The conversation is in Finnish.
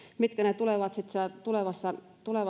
mitkä tulevat sitten siellä tulevassa